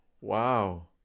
Wow